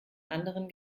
anderen